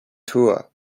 tour